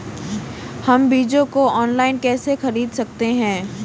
हम बीजों को ऑनलाइन कैसे खरीद सकते हैं?